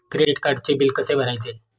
Credit कार्डचे bill कसे भरायचे?